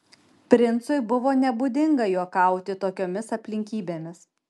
princui buvo nebūdinga juokauti tokiomis aplinkybėmis